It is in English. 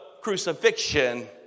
crucifixion